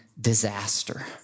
disaster